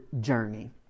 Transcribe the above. journey